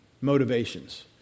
motivations